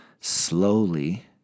slowly